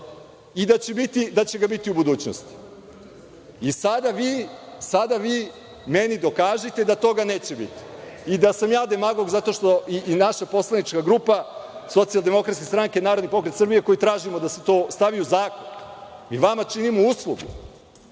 i da će ga biti i u budućnosti. Sada vi meni dokažite da toga neće biti i da sam ja demagog, i naša poslanička grupa, Socijaldemokratske stranke i Narodni pokret Srbije, koji tražimo da se to stavi u zakon. Mi vama činimo uslugu,